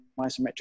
isometric